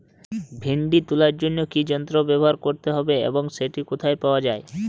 ভিন্ডি তোলার জন্য কি যন্ত্র ব্যবহার করতে হবে এবং সেটি কোথায় পাওয়া যায়?